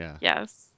yes